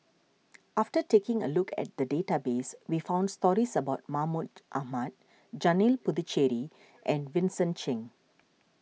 after taking a look at the database we found stories about Mahmud Ahmad Janil Puthucheary and Vincent Cheng